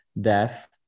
death